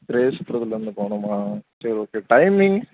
race கோர்ஸ்லேருந்து போகணுமா சரி ஓகே டைமிங்